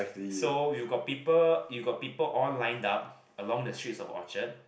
so you got people you got people all lined up along the streets of Orchard